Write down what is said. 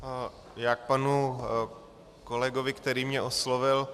K panu kolegovi, který mě oslovil.